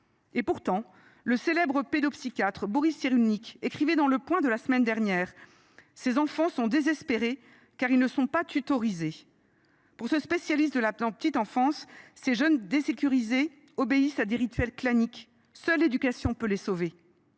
Et pourtant, selon le célèbre pédopsychiatre Boris Cyrulnik, interrogé dans la semaine dernière :« Ces enfants sont désespérés, car ils ne sont pas tutorisés. » Pour ce spécialiste de la toute petite enfance, ces jeunes désécurisés obéissent à des rituels claniques. Seule l’éducation peut les sauver.